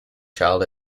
child